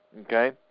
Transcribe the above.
Okay